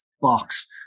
box